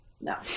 no